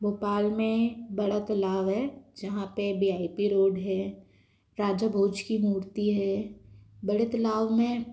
भोपाल में बड़ा तालाब है जहाँ पर वी आई पी रोड हैं राजा भोज की मूर्ति है बड़े तालाब हैं